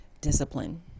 discipline